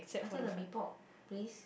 I thought the Mee-Pok place